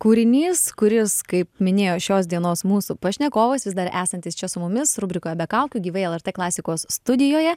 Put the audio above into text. kūrinys kuris kaip minėjo šios dienos mūsų pašnekovas vis dar esantis čia su mumis rubrikoje be kaukių gyvai lrt klasikos studijoje